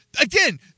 Again